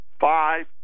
five